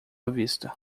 vista